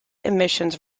emissions